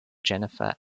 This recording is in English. jennifer